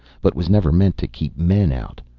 but was never meant to keep men out.